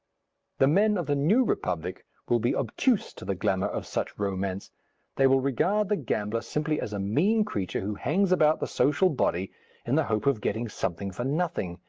the men of the new republic will be obtuse to the glamour of such romance they will regard the gambler simply as a mean creature who hangs about the social body in the hope of getting something for nothing,